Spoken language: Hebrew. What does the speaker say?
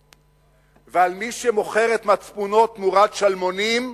ועל מי שמוכר את מצפונו תמורת שלמונים,